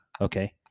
Okay